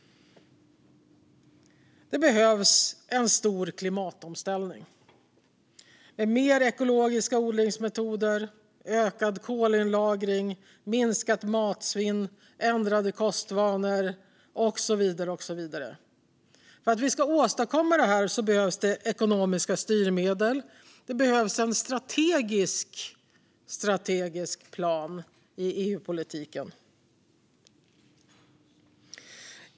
Det behövs en stor klimatomställning med mer ekologiska odlingsmetoder, ökad kolinlagring, minskat matsvinn, ändrade kostvanor och så vidare. För att vi ska åstadkomma detta behövs ekonomiska styrmedel och en strategisk strategisk plan i EU-politiken.